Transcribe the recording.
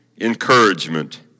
encouragement